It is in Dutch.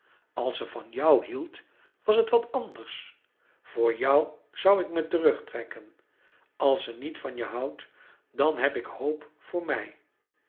als ze van jou hield was het wat anders voor jou zoû ik me terugtrekken als ze niet van je houdt dan heb ik hoop voor mij